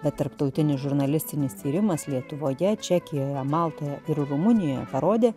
bet tarptautinis žurnalistinis tyrimas lietuvoje čekijoje maltoje ir rumunijoje parodė